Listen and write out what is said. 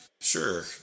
Sure